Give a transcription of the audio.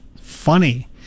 funny